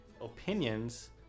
opinions